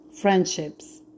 friendships